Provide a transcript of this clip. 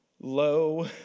low